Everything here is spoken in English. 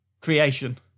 creation